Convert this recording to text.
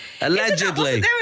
Allegedly